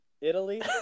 Italy